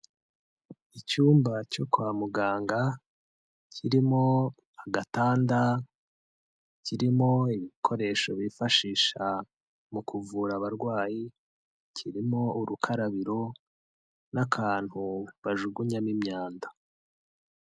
Icyumba cyo kwa muganga, kirimo agatanda, kirimo ibikoresho bifashisha mu kuvura abarwayi, kirimo urukarabiro n'akantu bajugunyamo imyanda.